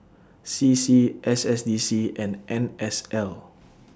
C C S S D C and N S L